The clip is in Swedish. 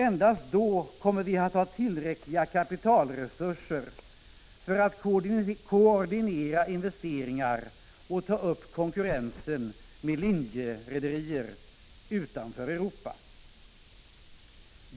Endast då kommer vi att ha tillräckliga kapitalresurser för att koordinera investeringar och ta upp konkurrensen med linjerederier utanför Europa.